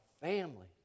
family